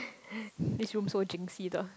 this room so jinxy the